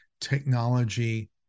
technology